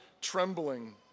trembling